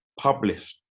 published